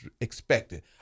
expected